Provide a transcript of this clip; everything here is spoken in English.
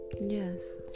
Yes